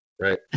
right